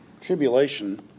Tribulation